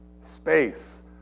Space